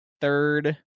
Third